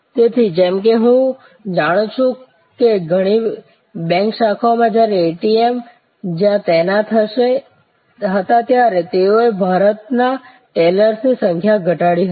તેથી જેમ કે હું જાણું છું કે ઘણી બેંક શાખાઓમાં જ્યારે ATM જ્યાં તૈનાત હતા ત્યારે તેઓએ ભારતમાં ટેલર્સની સંખ્યા ઘટાડી હતી